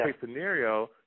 scenario